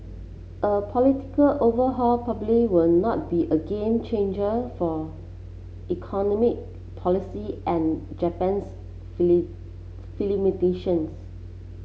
a political overhaul probably will not be a game changer for economy policy and Japan's